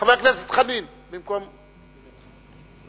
חבר הכנסת חנין במקום, בבקשה,